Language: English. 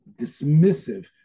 dismissive